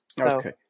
Okay